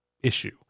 issue